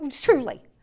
Truly